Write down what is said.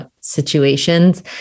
situations